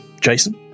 Jason